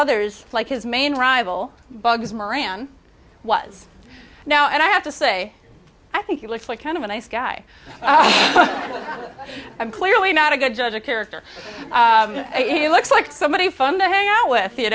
others like his main rival bugs moran was now and i have to say i think he looks like kind of a nice guy and clearly not a good judge of character he looks like somebody fun to hang out with you